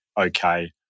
okay